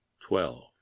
twelve